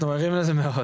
אנחנו ערים לזה מאוד,